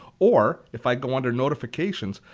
or if i go under notifications,